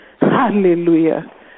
Hallelujah